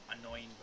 annoying